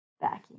backing